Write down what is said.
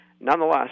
nonetheless